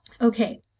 Okay